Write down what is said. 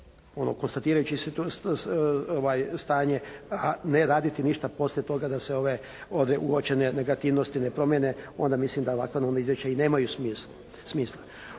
ono konstatirajući stanje, a ne raditi ništa poslije toga da se ove uočene negativnosti ne promijene, onda mislim da ovakva izvješća i nemaju smisla.